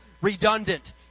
redundant